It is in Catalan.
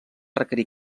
requerir